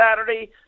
Saturday